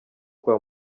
kwa